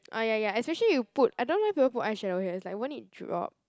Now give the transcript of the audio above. ah ya ya especially you put I don't know why people put eye shadow here it's like won't it drop